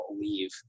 leave